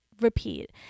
repeat